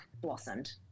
blossomed